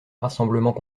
rassemblements